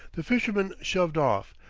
the fisherman shoved off,